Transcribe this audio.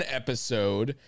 episode